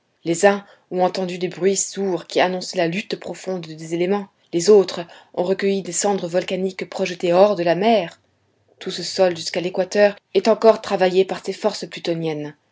les uns ont entendu des bruits sourds qui annonçaient la lutte profonde des éléments les autres ont recueilli des cendres volcaniques projetées hors de la mer tout ce sol jusqu'à l'équateur est encore travaillé par les forces